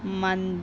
买